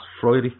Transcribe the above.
Friday